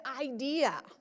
idea